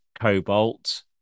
Cobalt